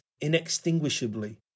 inextinguishably